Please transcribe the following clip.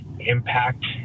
impact